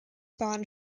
bond